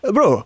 Bro